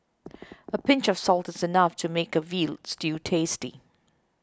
a pinch of salt is enough to make a Veal Stew tasty